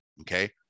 Okay